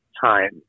time